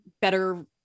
better